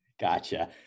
Gotcha